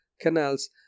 canals